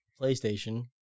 PlayStation